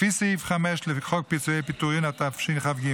לפי סעיף 5 לחוק פיצויי פיטורים, התשכ"ג,